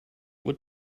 what